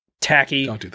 tacky